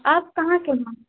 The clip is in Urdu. آپ کہاں کے ہیں